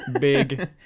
big